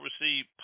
receive